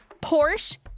Porsche